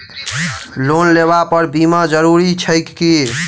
Loan लेबऽ पर बीमा जरूरी छैक की?